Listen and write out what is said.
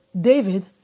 David